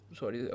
sorry